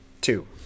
Two